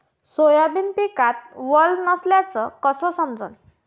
Soybean पिकात वल नसल्याचं कस समजन?